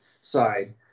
side